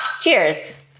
Cheers